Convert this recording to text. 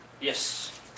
Yes